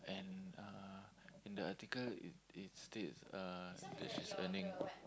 and uh in the article it it states uh that she's earning